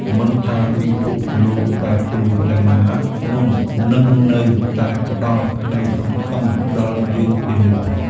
មិនថាពិភពលោកប្រែប្រួលយ៉ាងណា ភ្នំនឹងនៅតែផ្ដល់ក្ដីសង្ឃឹមដល់យើងជានិច្ច។